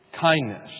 Kindness